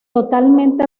totalmente